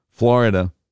Florida